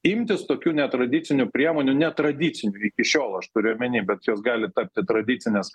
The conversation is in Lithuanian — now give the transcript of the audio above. imtis tokių netradicinių priemonių netradicinių iki šiol aš turiu omeny bet jos gali tapti tradicinės